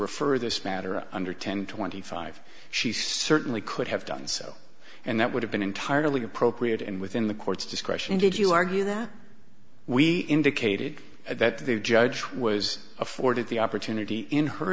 refer this matter under ten twenty five she certainly could have done so and that would have been entirely appropriate and within the court's discretion did you argue that we indicated that the judge was afforded the opportunity in her